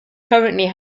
currently